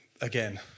again